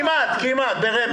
כמעט, כמעט, ברמז.